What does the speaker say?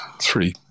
three –